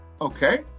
Okay